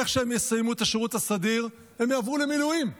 איך שהם יסיימו את השירות הסדיר הם יעברו למילואים,